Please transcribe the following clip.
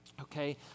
okay